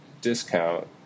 discount